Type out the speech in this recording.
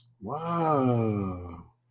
Wow